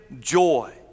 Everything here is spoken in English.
joy